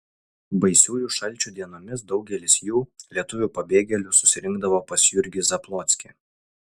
baisiųjų šalčių dienomis daugelis jų lietuvių pabėgėlių susirinkdavo pas jurgį zablockį